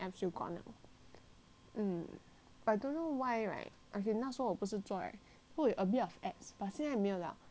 but I don't know why right okay 那时候我不是做 right 然后我有 a bit of abs but 现在没有了 but still have the eleven line